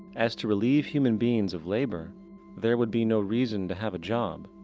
as to relieve human beings of labor there would be no reason to have a job.